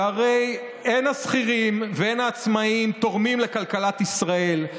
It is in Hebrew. שהרי הן השכירים והן העצמאים תורמים לכלכלת ישראל,